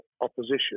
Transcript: opposition